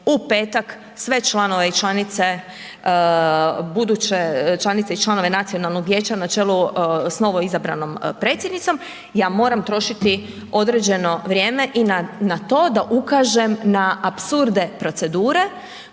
u petak sve buduće članice i članice nacionalnog vijeća na čelu sa novoizabranom predsjednicom, ja moram trošiti određene vrijeme i na to da ukažem na apsurde procedura